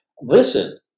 Listen